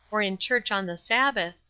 or in church on the sabbath,